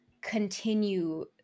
continue